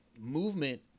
movement